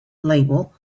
label